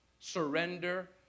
surrender